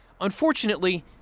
Unfortunately